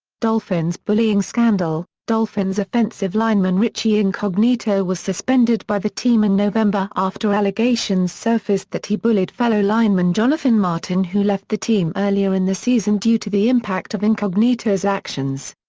dolphins bullying scandal dolphins offensive lineman richie incognito was suspended by the team in november after allegations surfaced that he bullied fellow lineman jonathan martin who left the team earlier in the season due to the impact of incognito's actions.